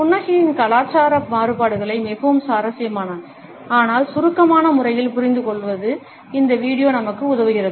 புன்னகையின் கலாச்சார மாறுபாடுகளை மிகவும் சுவாரஸ்யமான ஆனால் சுருக்கமான முறையில் புரிந்துகொள்ள இந்த வீடியோ நமக்கு உதவுகிறது